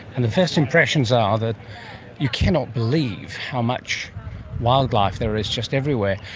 and the first impressions are that you cannot believe how much wildlife there is just everywhere.